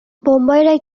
Bombay